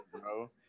bro